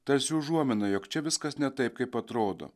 tarsi užuomina jog čia viskas ne taip kaip atrodo